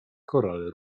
korale